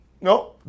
No